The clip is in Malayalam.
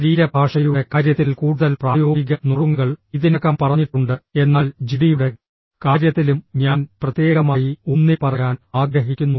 ശരീരഭാഷയുടെ കാര്യത്തിൽ കൂടുതൽ പ്രായോഗിക നുറുങ്ങുകൾ ഇതിനകം പറഞ്ഞിട്ടുണ്ട് എന്നാൽ ജിഡിയുടെ കാര്യത്തിലും ഞാൻ പ്രത്യേകമായി ഊന്നിപ്പറയാൻ ആഗ്രഹിക്കുന്നു